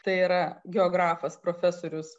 tai yra geografas profesorius